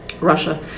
Russia